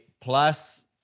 plus